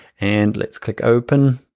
and let's click open.